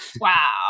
Wow